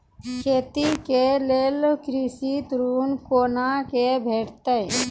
खेती के लेल कृषि ऋण कुना के भेंटते?